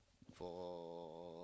for